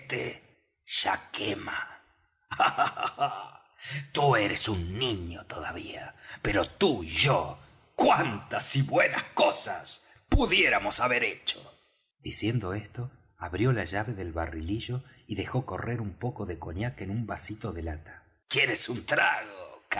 quema ah tú eres un niño todavía pero tú y yo juntos cuántas y cuan buenas cosas pudiéramos haber hecho diciendo esto abrió la llave del barrilillo y dejó correr un poco de cognac en un vasito de lata quieres un trago